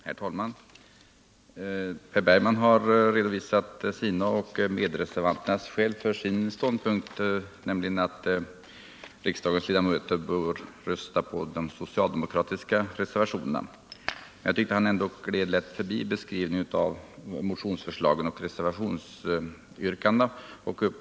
Herr talman! Per Bergman har redovisat sina och medreservanternas skäl för sin ståndpunkt, nämligen att riksdagens ledamöter bör rösta på de socialdemokratiska reservationerna. Jag tyckte att han ändå lätt gled förbi beskrivningen av motionsförslagen och reservationsyrkandena.